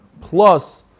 plus